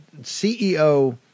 CEO